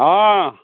অঁ